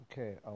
Okay